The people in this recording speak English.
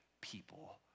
people